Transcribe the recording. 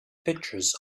pictures